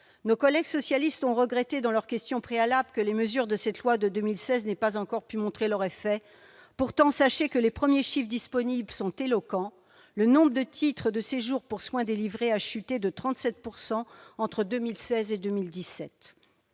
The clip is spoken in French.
Nos collègues socialistes ont regretté, dans leur motion tendant à opposer la question préalable, que les mesures de cette loi de 2016 n'aient pas encore pu produire leurs effets. Pourtant, sachez que les premiers chiffres disponibles sont éloquents : le nombre de titres de séjour délivrés pour soins a chuté de 37 % entre 2016 et 2017.